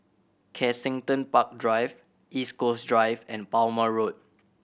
Kensington Park Drive East Coast Drive and Palmer Road